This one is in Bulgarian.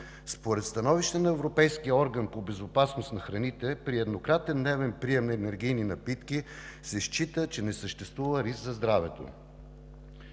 Според становище на Европейския орган по безопасност на храните при еднократен дневен прием на енергийни напитки се счита, че не съществува риск за здравето.